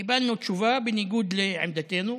קיבלנו תשובה בניגוד לעמדתנו,